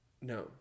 No